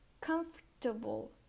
comfortable